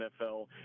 NFL